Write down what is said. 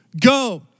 Go